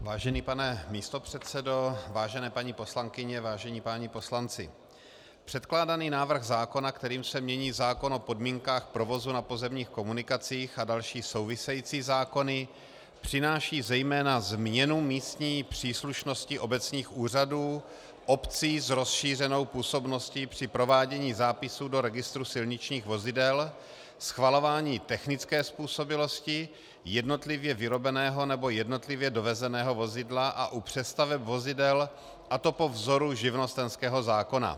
Vážený pane místopředsedo, vážené paní poslankyně, vážení páni poslanci, předkládaný návrh zákona, kterým se mění zákon o podmínkách provozu na pozemních komunikacích a další související zákony, přináší zejména změnu místní příslušnosti obecních úřadů obcí s rozšířenou působností při provádění zápisů do registru silničních vozidel, schvalování technické způsobilosti jednotlivě vyrobeného nebo jednotlivě dovezeného vozidla a u přestaveb vozidel, a to po vzoru živnostenského zákona.